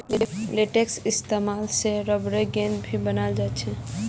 लेटेक्सेर इस्तेमाल से रबरेर गेंद भी बनाल जा छे